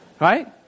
Right